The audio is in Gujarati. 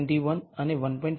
21 અને 1